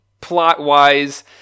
plot-wise